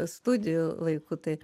studijų laikų tai